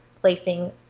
placing